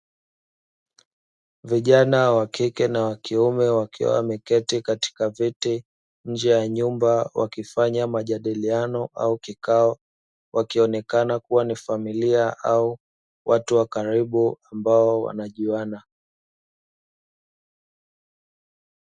Vijana wa kike na wa kiume wakiwa wameketi katika viti, nje ya nyumba wakifanya majadiliano au kikao, wakionekana kuwa ni familia au watu wa karibu ambao wanajuana.